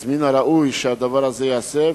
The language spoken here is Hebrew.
אז מן הראוי שהדבר הזה ייעשה.